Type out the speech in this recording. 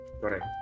correct